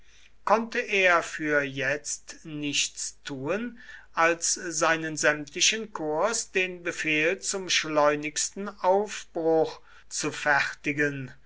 konnte er für jetzt nichts tun als seinen sämtlichen korps den befehl zum schleunigsten aufbruch zufertigen